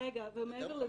מעבר לזה,